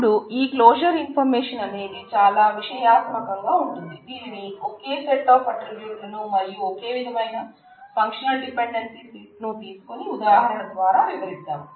ఇపుడు ఈ క్లోజర్ ని తీసుకొని ఉదాహరణ ద్వారా వివరిద్దాం